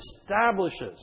establishes